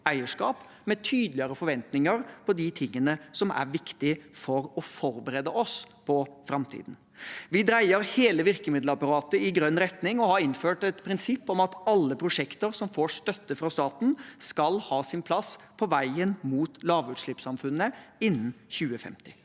eierskap, med tydeligere forventninger til de tingene som er viktige for å forberede oss på framtiden. Vi dreier hele virkemiddelapparatet i grønn retning og har innført et prinsipp om at alle prosjekter som får støtte fra staten, skal ha sin plass på veien mot lavutslippssamfunnet innen 2050.